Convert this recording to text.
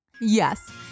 Yes